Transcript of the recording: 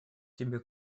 тебе